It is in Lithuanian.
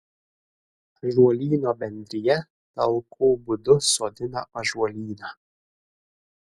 ąžuolyno bendrija talkų būdu sodina ąžuolyną